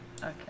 Okay